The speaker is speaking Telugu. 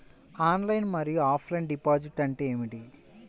ఆన్లైన్ మరియు ఆఫ్లైన్ డిపాజిట్ అంటే ఏమిటి?